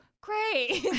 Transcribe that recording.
great